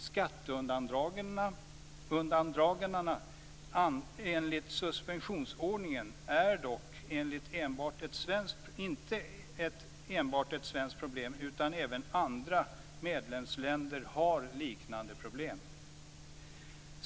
Skatteundandraganden enligt suspensionsordningen är dock inte enbart ett svenskt problem, utan även andra medlemsländer har liknande problem.